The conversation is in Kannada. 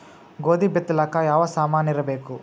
ಗೋಧಿ ಬಿತ್ತಲಾಕ ಯಾವ ಸಾಮಾನಿರಬೇಕು?